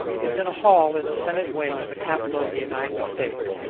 is in a hall in the senate wing of the capitol of the united states.